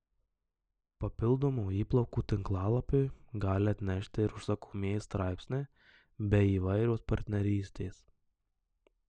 papildomų įplaukų tinklalapiui gali atnešti ir užsakomieji straipsniai bei įvairios partnerystės